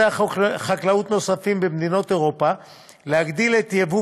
חקלאות נוספים במדינות אירופה להגדיל את יבוא